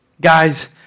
guys